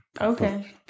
Okay